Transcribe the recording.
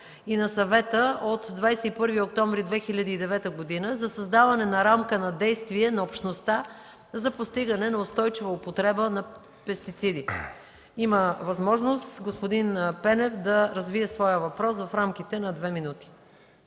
и на Съвета от 21 октомври 2009 г. за създаване на рамка на действие на Общността за постигане на устойчива употреба на пестициди. Господин Пенев, имате възможност да развиете своя въпрос в рамките на две минути.